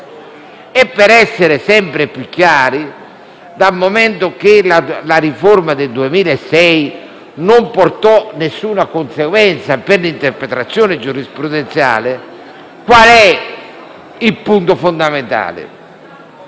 Per essere sempre più chiari, dal momento che la riforma del 2006 non portò alcuna conseguenza per l'interpretazione giurisprudenziale, con l'emendamento